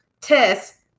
test